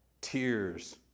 tears